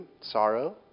sorrow